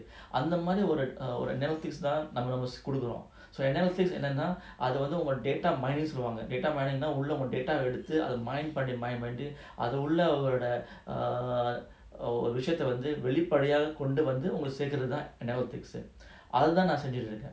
அந்தமாதிரிஒரு:andha madhiri oru so analytics என்னனாஅதுஒரு:ennana adhu oru data mining சொல்வாங்க:solvanga data mining na உள்ளஉங்க:ulla unga data va எடுத்துஅத:eduthu adha mine பண்ணி:panni mine பண்ணிஅதுஉள்ளவிஷயத்தைவந்துவெளிப்படையாகொடுக்குரதுதான்அதைத்தான்நான்செஞ்சிட்டுருக்கேன்:panni adhu ulla vishayatha vandhu velipadaya kodukurathuthan adhathan nan senjituruken